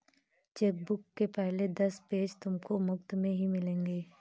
chequebook के पहले दस पेज तुमको मुफ़्त में ही मिलेंगे